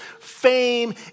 fame